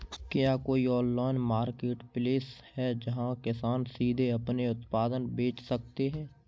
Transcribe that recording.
क्या कोई online marketplace है जहाँ किसान सीधे अपने उत्पाद बेच सकते हैं?